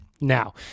Now